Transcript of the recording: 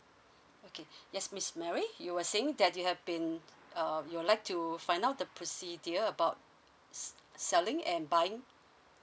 okay yes miss Mary you were saying that you have been um you would like to find out the procedure about se~ selling and buying